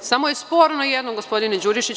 samo je sporno jedno, gospodine Đurišiću.